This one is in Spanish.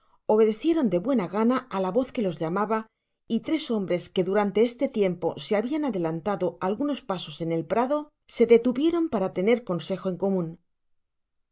obedecieron de buena gana á la voz que los llamaba y tres hombres que durante este tiempo se habian adelantado alguiios pasos en el prado se detuvieron para tener consejo en comun mi